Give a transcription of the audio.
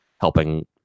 helping